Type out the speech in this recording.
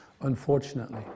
unfortunately